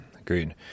Agreed